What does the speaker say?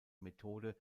methode